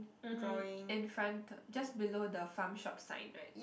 mmhmm in front just below the farm shop sign right